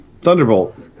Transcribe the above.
Thunderbolt